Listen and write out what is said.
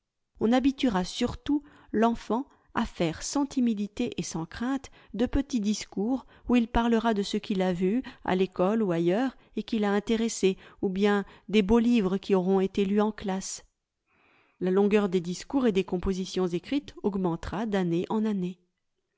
on habituera surtout l'enfant à faire sans timidité et sans crainte de petits discours où il parlera de ce qu'il a vu à l'école ou ailleurs et qui l'a intéressé ou bien des beaux livres qui auront été lus en classe la longueur des discours et des compositions écrites augmentera d'année en année